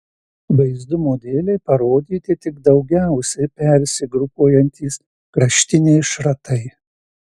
vaizdumo dėlei parodyti tik daugiausiai persigrupuojantys kraštiniai šratai